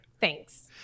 Thanks